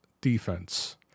defense